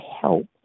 help